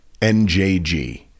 NJG